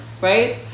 Right